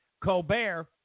Colbert